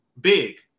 big